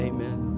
Amen